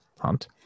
hunt